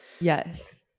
Yes